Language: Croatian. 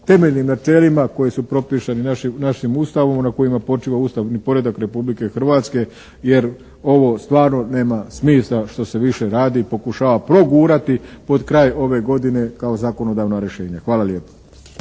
temeljnim načelima koji su propisani našim Ustavom na kojima počiva ustavni poredak Republike Hrvatske jer ovo stvarno nema smisla što se više radi i pokušava progurati pod kraj ove godine kao zakonodavna rješenja. Hvala lijepa.